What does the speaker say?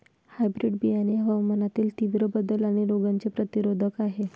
hybrid बियाणे हवामानातील तीव्र बदल आणि रोगांचे प्रतिरोधक आहे